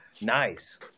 Nice